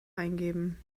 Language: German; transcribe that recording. eingeben